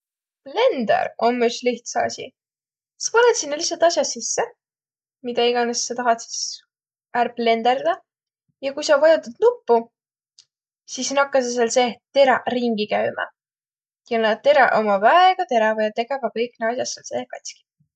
Blender om üts lihtsa asi. Sa panõt sinna lihtsalt asjaq sisse, midä iganes sa tahat sis ärq blenderdaq. Ja kui sa vajotat nuppu, sis nakkasõq sääl seeh teräq ringi käümä. Ja na teräq ommaq väega teräväq ja tegeväq kõik naaq as'aq sääl seeh kats'ki.